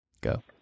Go